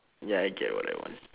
ya I get what I want